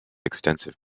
extensive